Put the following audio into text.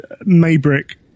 Maybrick